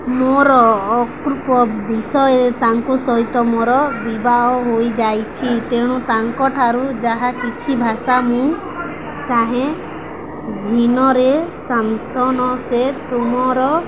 ମୋର ଅକୃପ ବିଷୟରେ ତାଙ୍କ ସହିତ ମୋର ବିବାହ ହୋଇଯାଇଛି ତେଣୁ ତାଙ୍କଠାରୁ ଯାହା କିଛି ଭାଷା ମୁଁ ଚାହେଁ ଦିନରେ ସାନ୍ତନ ସେ ତୁମର